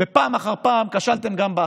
ופעם אחר פעם כשלתם גם באכיפה.